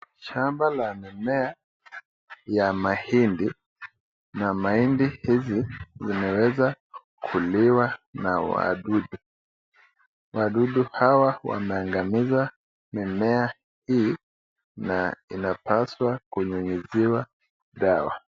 Shamba la mimea ya mahindi na mahindi hizi zimeweza kuliwa na wadudu. Wadudu hawa wameangamiza mimea hii na inapaswa kunyunyiziwa dawa.